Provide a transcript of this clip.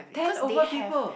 ten over people